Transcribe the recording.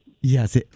Yes